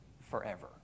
forever